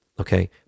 Okay